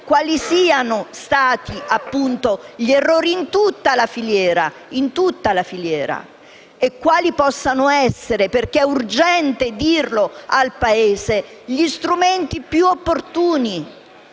quali siano stati gli errori in tutta la filiera e quali possano essere - è urgente dirlo al Paese - gli strumenti più idonei